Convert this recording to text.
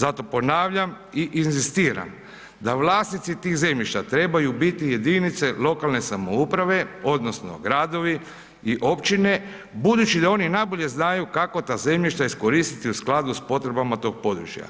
Zato ponavljam i inzistiram da vlasnici tih zemljišta trebaju biti jedinice lokalne samouprave odnosno gradovi i općine, budući da oni najbolje znaju kako ta zemljišta iskoristiti u skladu s potrebama tog područja,